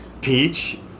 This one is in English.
Peach